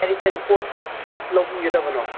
ꯀꯔꯤ ꯀꯔꯤ ꯄꯣꯠ ꯂꯧꯕꯤꯒꯗꯕꯅꯣ